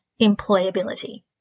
employability